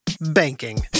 Banking